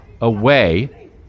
away